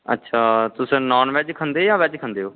अच्छा तुस non veg खंदे जां वेज़ खंदे